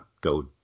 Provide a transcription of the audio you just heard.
go